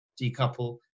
decouple